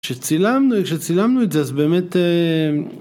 כשצילמנו, כשצילמנו את זה, אז באמת...